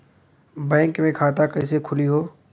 Bank मे खाता कईसे खुली हो?